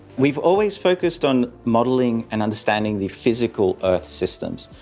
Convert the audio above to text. we've always focused on modelling and understanding the physical earth systems,